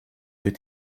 wird